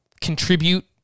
contribute